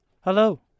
hello